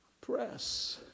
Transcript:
press